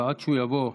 אבל עד שהוא יבוא,